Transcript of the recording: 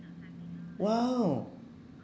!wow!